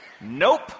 Nope